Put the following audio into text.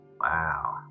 Wow